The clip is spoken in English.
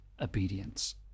obedience